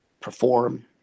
perform